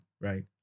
right